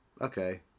Okay